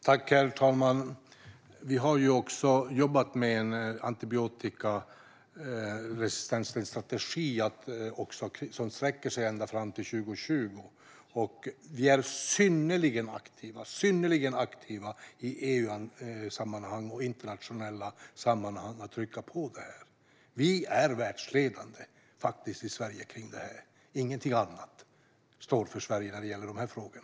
Herr talman! Vi har jobbat med en strategi mot antibiotikaresistens som sträcker sig ända fram till 2020, och vi är synnerligen aktiva i EU-sammanhang och internationella sammanhang när det gäller att trycka på i denna fråga. Vi är faktiskt världsledande i Sverige när det gäller detta; Sverige står inte för något annat i dessa frågor.